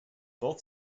both